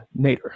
Nader